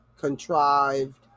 contrived